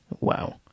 Wow